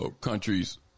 countries